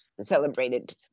celebrated